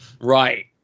Right